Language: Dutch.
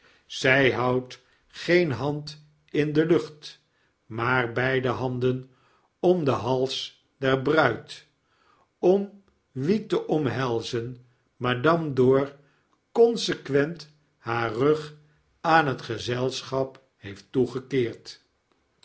zy houdt geen hand in de lucht maar beide handen om den hals der bruid om wie te omhelzen madame dor consequent haar rug aan het gezelschap heeft toegekeerd